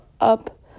up